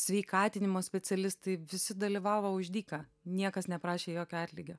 sveikatinimo specialistai visi dalyvavo už dyką niekas neprašė jokio atlygio